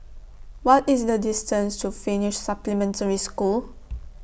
What IS The distance to Finnish Supplementary School